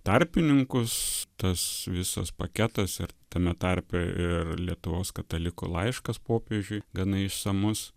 tarpininkus tas visas paketas ir tame tarpe ir lietuvos katalikų laiškas popiežiui gana išsamus